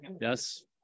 Yes